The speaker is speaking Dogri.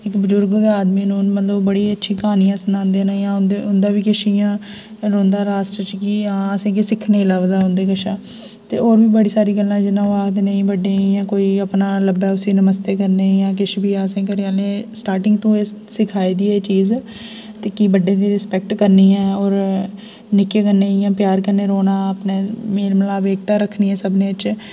इक बजुर्ग गै आदमी न ओह् बड़ी अच्छी क्हानियां सनांदे न जां उं'दा उं'दा बी किश इ'यां रौंह्दा राश्ट्र च कि हां असेंगी किश सिक्खने गी लभदा उं'दे कशा ते होर बी बड़ी सारी गल्लां जियां ओह् आखदे न एह् बड्डे इ'यां कोई अपना लब्भै उसी नमस्ते करने इयां किश बी असेंगी घरै आह्ले स्टाटिंग तू एह् सखाई दी एह् चीज कि बड्डे दी रिस्पैक्ट करनी ऐ होर निक्के कन्नै इयां प्यार कन्नै रौह्ना अपने मेल मलाप एकता रखनी ऐ सभनें च